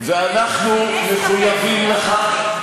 ואנחנו מחויבים לכך,